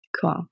Cool